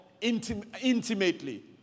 intimately